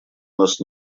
нас